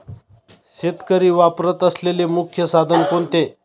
शेतकरी वापरत असलेले मुख्य साधन कोणते?